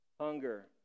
hunger